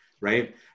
Right